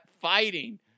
fighting